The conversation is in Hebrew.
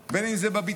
בין אם זה ביחסי החוץ,